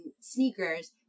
sneakers